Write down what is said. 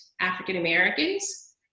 African-Americans